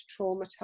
traumatized